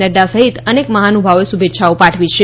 નડ્ડા સહિત અનેક મહાનુભાવોએ શુભેચ્છાઓ પાઠવી છે